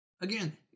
Again